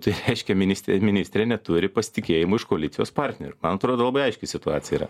tai reiškia ministrė ministrė neturi pasitikėjimo iš koalicijos partnerių man atrodo labai aiški situacija yra